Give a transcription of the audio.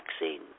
vaccine